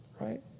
right